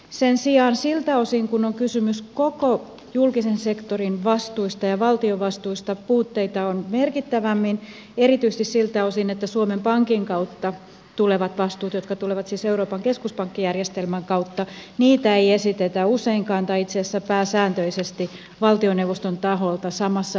sen sijaan siltä osin kun on kysymys koko julkisen sektorin vastuista ja valtion vastuista puutteita on merkittävämmin erityisesti siltä osin että suomen pankin kautta tulevia vastuita jotka tulevat siis euroopan keskuspankkijärjestelmän kautta ei esitetä useinkaan tai itse asiassa pääsääntöisesti valtioneuvoston taholta samassa yhteydes